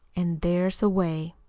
an' there's a way.